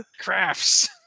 Crafts